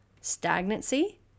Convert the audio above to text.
stagnancy